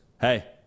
hey